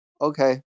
okay